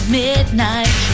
midnight